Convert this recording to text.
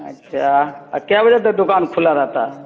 اچھا کیا بجے تک دکان کھلا رہتا ہے